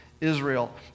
Israel